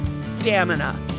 stamina